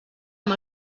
amb